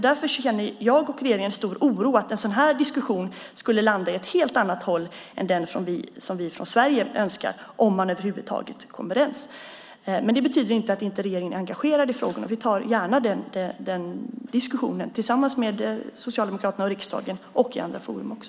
Därför känner jag och regeringen en stor oro över att en sådan här diskussion landar i något helt annat än det som vi från Sverige önskar, om man över huvud taget kommer överens. Men det betyder inte att regeringen inte är engagerad i frågorna. Vi tar gärna den diskussionen tillsammans med Socialdemokraterna och andra partier i riksdagen och i andra forum också.